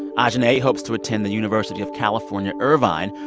and ah ajahnay hopes to attend the university of california, irvine,